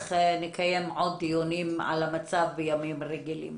שנקיים עוד דיונים על המצב בימים רגילים.